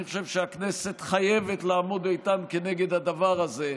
אני חושב שהכנסת חייבת לעמוד איתן כנגד הדבר הזה,